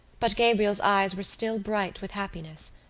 but gabriel's eyes were still bright with happiness.